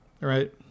right